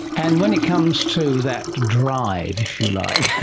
and when it comes to that drive, if you like,